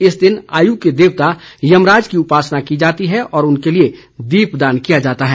इस दिन आयु के देवता यमराज की उपासना की जाती है और उनके लिये दीप दान किया जाता है